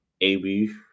AB